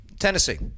Tennessee